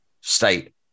state